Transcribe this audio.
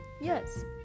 Yes